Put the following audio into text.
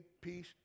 peace